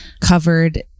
covered